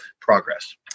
progress